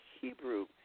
Hebrew